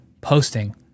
posting